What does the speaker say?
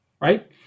right